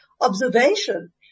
observation